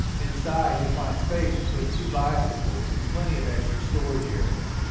inside you'll find space to put two bicycles and plenty of extra storage area.